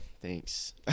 Thanks